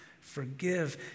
forgive